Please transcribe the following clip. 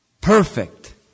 Perfect